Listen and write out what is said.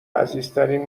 عزیزترین